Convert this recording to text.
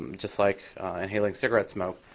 just like inhaling cigarette smoke.